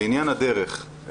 לעניין הדרך,